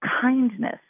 Kindness